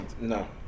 No